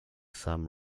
sam